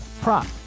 prop